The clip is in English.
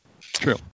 True